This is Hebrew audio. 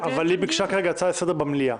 אבל היא ביקשה כרגע הצעה לסדר היום במליאה.